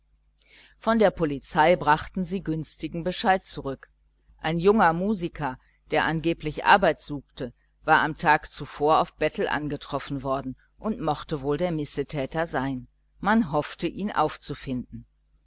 von der polizei brachten sie günstigen bescheid zurück ein junger musiker der angeblich arbeit suchte war am tag vorher auf bettel betroffen worden und mochte wohl der missetäter sein man hoffte ihn aufzufinden